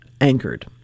anchored